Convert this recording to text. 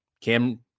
Cam